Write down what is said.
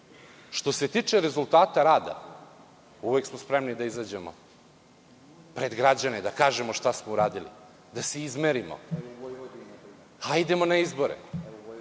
se tiče rezultata rada, uvek smo spremni da izađemo pred građane da kažemo šta smo uradili, da se izmerimo. Hajdemo na izbore,